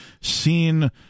seen